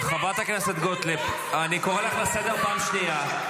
חברת הכנסת גוטליב, אני קורא אותך לסדר פעם שנייה.